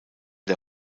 der